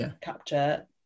capture